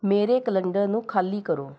ਮੇਰੇ ਕੈਲੰਡਰ ਨੂੰ ਖਾਲੀ ਕਰੋ